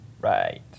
Right